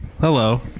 Hello